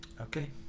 Okay